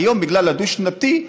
היום, בגלל התקציב הדו-שנתי,